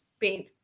pain